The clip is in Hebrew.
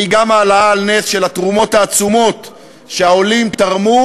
והיא העלאה על נס של התרומות העצומות שהעולים תרמו,